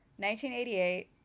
1988